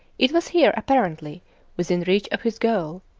it was here, apparently within reach of his goal,